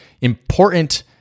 important